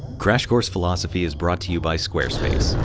crash course philosophy is brought to you by squarespace.